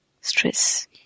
stress